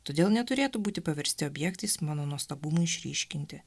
todėl neturėtų būti paversti objektais mano nuostabumui išryškinti